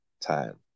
time